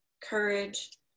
courage